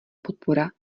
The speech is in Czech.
podpora